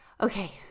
okay